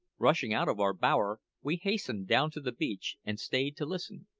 rushing out of our bower, we hastened down to the beach and stayed to listen.